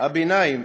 הביניים